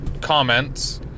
comments